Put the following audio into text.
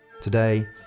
Today